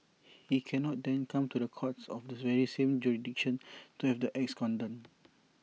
he cannot then come to the courts of the very same jurisdiction to have the acts condoned